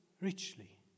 richly